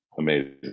amazing